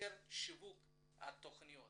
מחוסר שיווק התכניות